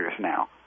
now